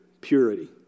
Purity